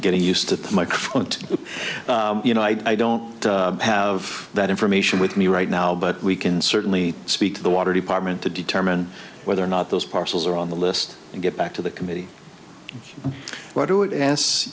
getting used to the microphone to let you know i don't have that information with me right now but we can certainly speak to the water department to determine whether or not those parcels are on the list and get back to the committee